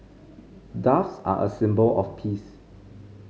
doves are a symbol of peace